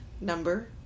number